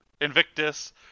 Invictus